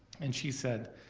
and she said,